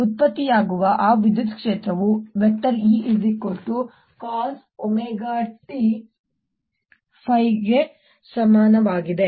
ಉತ್ಪತ್ತಿಯಾಗುವ ಆ ವಿದ್ಯುತ್ ಕ್ಷೇತ್ರವು ϵcosωt ಗೆ ಸಮನಾಗಿರುತ್ತದೆ